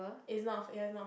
is not it have not